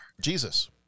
Jesus